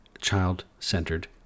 child-centered